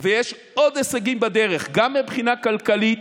ויש עוד הישגים בדרך, גם מבחינה כלכלית,